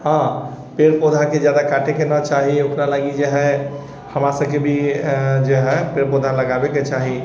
हँ पेड़ पौधाके जादा काटैके नहि चाही ओकरा लागि जे हय हमरा सभके भी जे हय पेड़ पौधा लगाबैके चाही